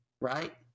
right